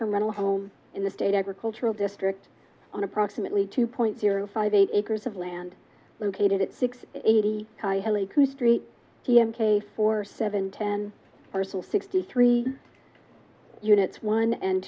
term rental home in the state agricultural district on approximately two point zero five eight acres of land located at six eighty st p m k for seven ten personal sixty three units one and